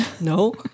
No